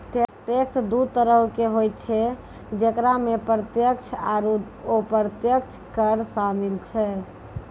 tax दु तरहो के होय छै जेकरा मे प्रत्यक्ष आरू अप्रत्यक्ष कर शामिल छै